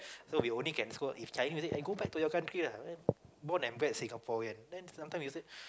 so we only can scold if Chinese say go back to your country lah born and bred Singaporean then sometimes we say